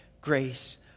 grace